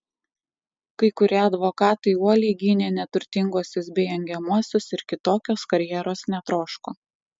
kai kurie advokatai uoliai gynė neturtinguosius bei engiamuosius ir kitokios karjeros netroško